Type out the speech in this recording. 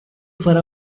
for